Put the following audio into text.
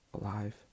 alive